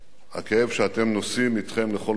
הכאב שאתם נושאים אתכם לכל מקום